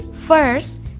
First